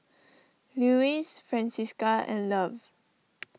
Lewis Francisca and Love